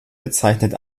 bezeichnet